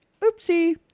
Oopsie